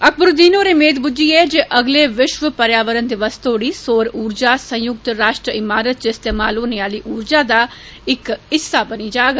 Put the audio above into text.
अक्बरुद्दीन होरे मेद बुझी ऐ जे अगले विश्व पर्यावरण दिवस तौडी सौँ उर्जा संयुक्त राष्ट्र इमारत च इस्तेमाल होने आली उर्जा दा इक हिस्सा बनी जाग